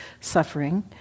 suffering